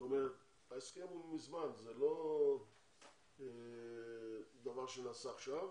זאת אומרת ההסכם הוא מזמן, זה לא דבר שנעשה עכשיו,